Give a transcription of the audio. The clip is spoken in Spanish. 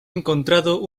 encontrados